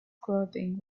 clothing